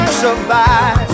survive